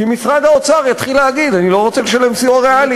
כי משרד האוצר יתחיל להגיד: אני לא רוצה לשלם סיוע ריאלי.